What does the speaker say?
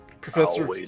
professor